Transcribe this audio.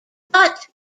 but